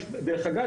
דרך אגב,